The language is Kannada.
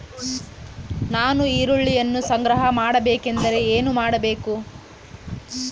ನಾನು ಈರುಳ್ಳಿಯನ್ನು ಸಂಗ್ರಹ ಮಾಡಬೇಕೆಂದರೆ ಏನು ಮಾಡಬೇಕು?